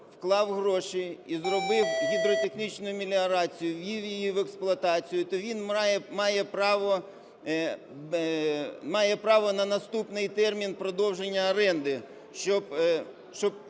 вклав гроші і зробив гідротехнічну меліорацію, ввів її в експлуатацію, то він має право на наступний термін продовження оренди, щоб